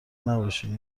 نباشین